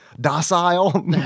docile